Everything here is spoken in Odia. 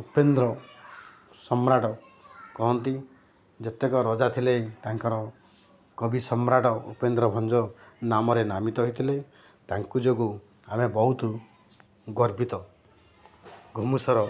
ଉପେନ୍ଦ୍ର ସମ୍ରାଟ କହନ୍ତି ଯେତେକ ରଜା ଥିଲେ ତାଙ୍କର କବି ସମ୍ରାଟ ଉପେନ୍ଦ୍ର ଭଞ୍ଜ ନାମରେ ନାମିତ ହେଇଥିଲେ ତାଙ୍କୁ ଯୋଗୁଁ ଆମେ ବହୁତ ଗର୍ବିତ ଘୁମୁସର